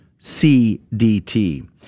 cdt